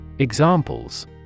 Examples